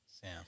Sam